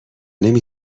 نمی